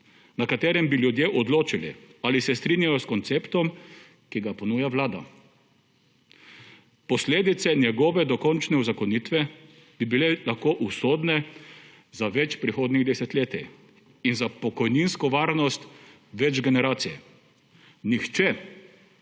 na katerem bi ljudje odločili ali se strinjajo s konceptom, ki ga ponuja Vlada. Posledice njegove dokončne uzakonitve bi bile lahko usodne za več prehodnih desetletij in za pokojninsko varnost več generacije. Nihče